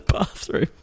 bathroom